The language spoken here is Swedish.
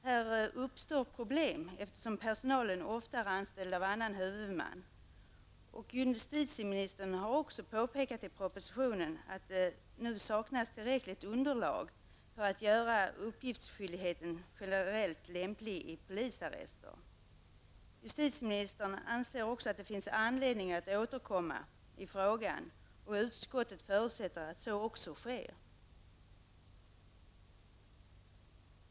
Här uppstår problem eftersom personalen ofta är anställd av annan huvudman. Justitieministern har påpekat i propositionen att det saknas tillräckligt underlag för närvarande för att göra uppgiftskyldigheten generellt tillämplig även för polisarrester. Justitieministern anser att det finns anledning att återkomma i frågan. Utskottet förutsätter att så också sker.